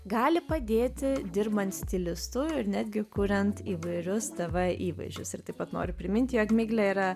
gali padėti dirbant stilistu ir netgi kuriant įvairius tv įvaizdžius ir taip pat noriu priminti jog miglė yra